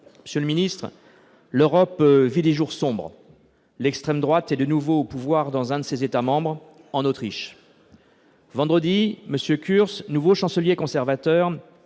affaires étrangères. L'Europe vit des jours sombres ; l'extrême droite est de nouveau au pouvoir dans l'un de ses États membres, l'Autriche. Vendredi dernier, M. Kurz, nouveau chancelier conservateur,